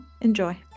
enjoy